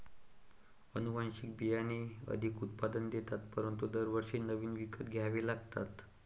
अनुवांशिक बियाणे अधिक उत्पादन देतात परंतु दरवर्षी नवीन विकत घ्यावे लागतात